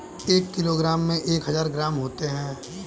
एक किलोग्राम में एक हजार ग्राम होते हैं